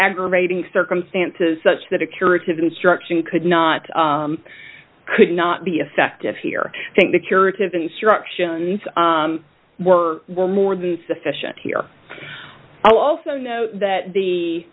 aggravating circumstances such that a curative instruction could not could not be effective here i think the curative instructions were more than sufficient here i'll also note that the